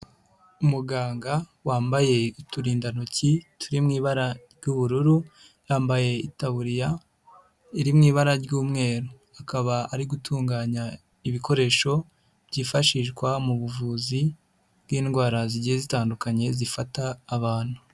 Umuganga wambaye uturindantoki turi mu ibara ry'ubururu, yambaye itaburiya iri mu ibara ry'umweru, akaba ari gutunganya ibikoresho byifashishwa mu buvuzi bw'indwara zigiye zitandukanye zifata abantu.